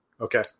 Okay